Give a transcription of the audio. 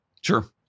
Sure